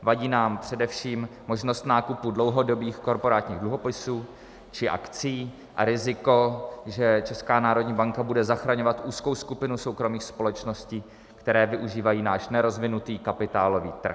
Vadí nám především možnost nákupu dlouhodobých korporátních dluhopisů či akcií a riziko, že Česká národní banka bude zachraňovat úzkou skupinu soukromých společností, které využívají náš nerozvinutý kapitálový trh.